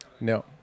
No